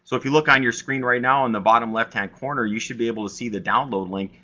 so if you look on your screen right now, on the bottom left hand corner, you should be able to see the download link,